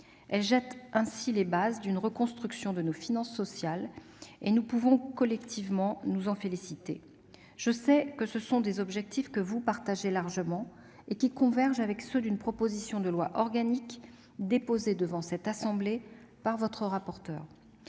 Ils jettent ainsi les fondements d'une reconstruction de nos finances sociales, et nous pouvons collectivement nous en féliciter. Je sais que ce sont des objectifs auxquels vous adhérez largement et qui convergent avec ceux d'une proposition de loi organique déposée devant la Haute Assemblée par votre rapporteur.